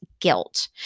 guilt